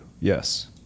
Yes